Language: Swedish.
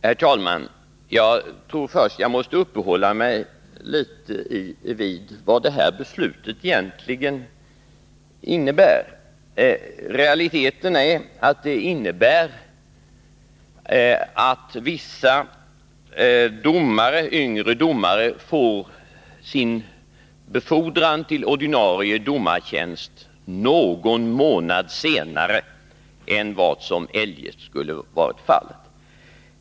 Herr talman! Jag tror att jag först måste uppehålla mig litet vid vad detta beslut egentligen innebär. I realiteten innebär det att vissa yngre domare får sin befodran till ordinarie domartjänst någon månad senare än vad som eljest skulle ha varit fallet.